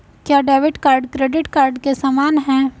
क्या debit card credit card के समान है?